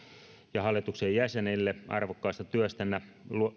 ja hallituksen jäsenille arvokkaasta työstänne